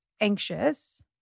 anxious